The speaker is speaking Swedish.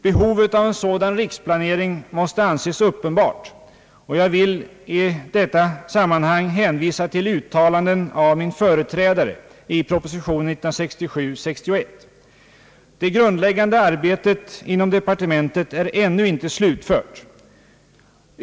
Behovet av en sådan riksplanering måste anses uppenbart, och jag vill i detta sammanhang hänvisa till uttalanden av min företrädare i prop. 1967:61. Det grundläggande arbetet inom departementet är ännu inte slutfört.